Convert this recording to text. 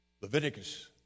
Leviticus